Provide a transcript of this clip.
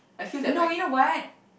no you know what